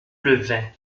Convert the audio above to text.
levain